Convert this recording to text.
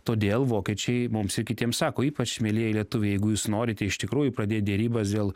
todėl vokiečiai mums ir kitiems sako ypač mielieji lietuviai jeigu jūs norite iš tikrųjų pradėt derybas dėl